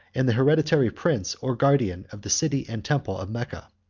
and the hereditary prince or guardian of the city and temple of mecca.